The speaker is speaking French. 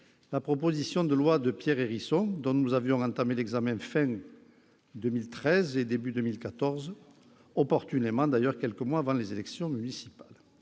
la proposition de loi de Pierre Hérisson, dont nous avions entamé l'examen fin 2013 et début 2014, opportunément quelques mois avant les élections municipales